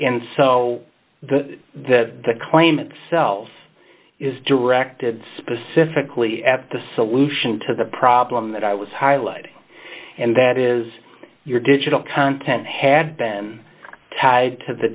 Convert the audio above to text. d so the the the claim itself is directed specifically at the solution to the problem that i was highlighting and that is your digital content had been tied to the